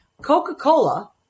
coca-cola